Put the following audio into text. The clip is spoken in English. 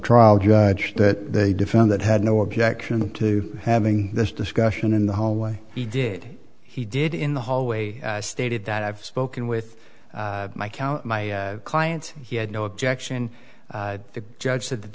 trial judge that they defend that had no objection to having this discussion in the hallway he did he did in the hallway stated that i've spoken with my client he had no objection the judge said that